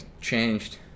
changed